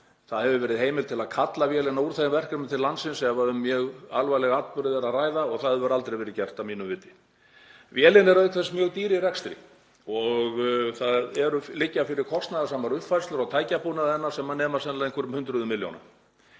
Það hefur verið heimild til að kalla vélina úr þeim verkefnum til landsins ef um mjög alvarlega atburði er að ræða en það hefur aldrei verið gert, ekki svo að ég viti. Vélin er auk þess mjög dýr í rekstri og það liggja fyrir kostnaðarsamar uppfærslur á tækjabúnaði hennar sem nema sennilega einhverjum hundruðum milljóna.